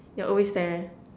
you're always there